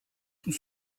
tout